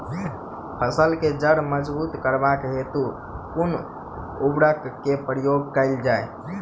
फसल केँ जड़ मजबूत करबाक हेतु कुन उर्वरक केँ प्रयोग कैल जाय?